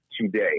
today